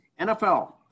NFL